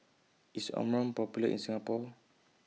IS Omron Popular in Singapore